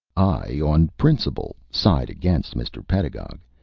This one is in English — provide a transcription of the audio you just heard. i on principle side against mr. pedagog,